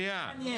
זה מעניין.